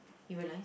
you realize